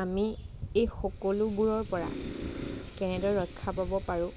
আমি এই সকলোবোৰৰ পৰা কেনেদৰে ৰক্ষা পাব পাৰোঁ